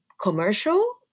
commercial